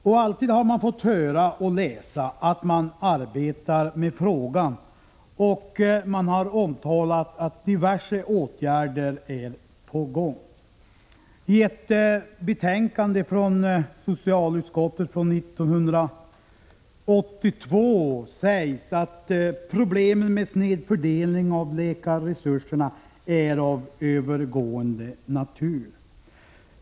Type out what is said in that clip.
Varje gång har jag fått höra och läsa att man arbetar med frågan och att diverse åtgärder är på gång. I ett betänkande från socialutskottet från 1982 uttalades att problemen med snedfördelning av läkarresurserna var av övergående natur.